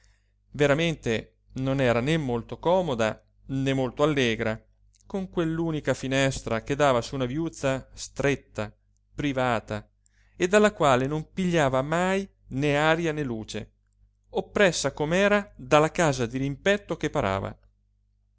veramente non era né molto comoda né molto allegra con quell'unica finestra che dava su una viuzza stretta privata e dalla quale non pigliava mai né aria né luce oppressa com'era dalla casa dirimpetto che parava